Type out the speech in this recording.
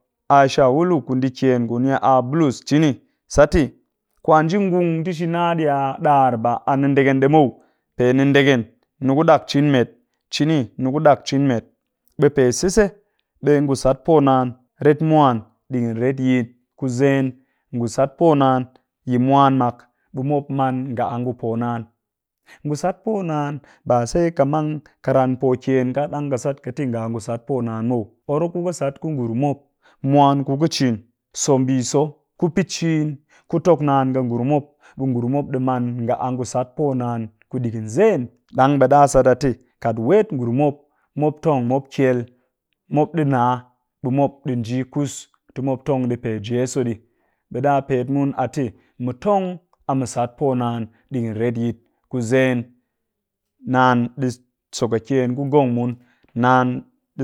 A shawulu ku ndi kyen ku ni a bulus cini sat te kwa nji gung ti shi nna ɗi a ɗar ba a nindeken ɗii muw, pe nindeken ni ku ɗak cin met cini ni ku dak cin met. Ɓe pe sise, ɓe ngusat poo naan ret mwan ɗigin retyit ku zen, ngu sat poo naan yi mwan mak ɓe mop man nga ngu poo naan, ngu sat poo naan ba sai ka mang ka ran po ken ka ɗang ɓe ka sat ƙɨ te nga a ngu sat poo naan muw, or ku ƙɨ sat ku ngurum mop mwan ku ka cin, so mbii so, ku pɨ cin ku tok naan ƙɨ ngurum mop ɓe ngurum mop ɗi maan nga ngu sat poo naan ku ɗigin zen ɗang ɓe ɗa sat a te, kat wet ngurum mop, mop tong mop kyel, mop ɗi nna ɓe mop ɗi nji kus ti mop tong ɗii pe jeso ɗii, ɓe ɗa pet mun a te mu tong a mu sat poo naan ɗigin retyit ku zen. Naan ɗi so kakyen ku ngong mun naan